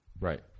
Right